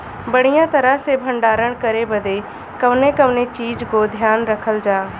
बढ़ियां तरह से भण्डारण करे बदे कवने कवने चीज़ को ध्यान रखल जा?